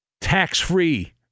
tax-free